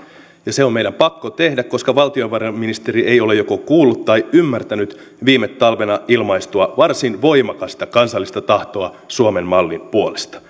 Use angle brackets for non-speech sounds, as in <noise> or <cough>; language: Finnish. se on meidän pakko tehdä koska valtiovarainministeri ei ole joko kuullut tai ymmärtänyt viime talvena ilmaistua varsin voimakasta kansallista tahtoa suomen mallin puolesta <unintelligible>